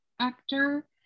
actor